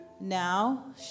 Now